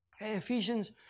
Ephesians